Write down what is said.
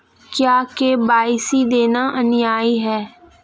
क्या के.वाई.सी देना अनिवार्य है?